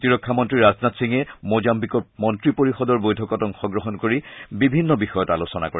প্ৰতিৰক্ষা মন্ত্ৰী ৰাজনাথ সিঙে মোজাম্বিকৰ মন্ত্ৰীপৰিষদৰ বৈঠকত অংশগ্ৰহণ কৰি বিভিন্ন বিষয়ত আলোচনা কৰে